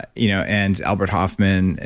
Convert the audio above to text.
and you know and albert hofmann,